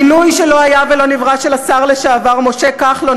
המינוי שלא היה ולא נברא של השר לשעבר משה כחלון